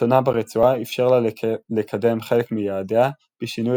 שלטונה ברצועה אפשר לה לקדם חלק מיעדיה בשינוי